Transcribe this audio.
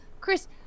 Chris